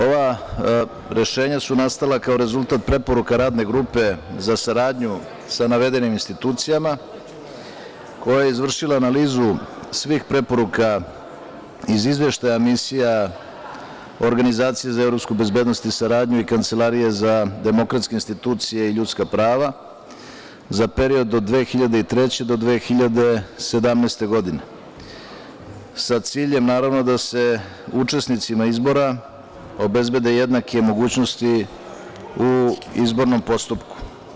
Ova rešenja su nastala kao rezultat preporuka Radne grupe za saradnju sa navedenim institucijama, koja je izvršila analizu svih preporuka iz Izveštaja misija Organizacije za evropsku bezbednost i saradnju i Kancelarije za demokratske institucije i ljudska prava za period od 2003. godine do 2017. godine, sa ciljem, naravno, da se učesnicima izbora obezbede jednake mogućnosti u izbornom postupku.